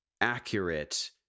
accurate